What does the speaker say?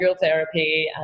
therapy